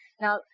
Now